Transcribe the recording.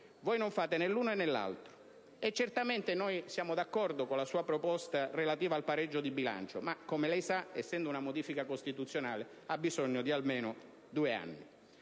voi non fate né l'una né l'altra cosa. Siamo certamente d'accordo con la sua proposta relativa al pareggio di bilancio, ma, come lei sa, essendo una modifica costituzionale, ha bisogno di almeno due anni.